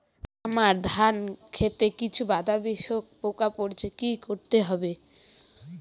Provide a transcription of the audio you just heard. আমার ধন খেতে কিছু বাদামী শোষক পোকা পড়েছে কি করতে হবে?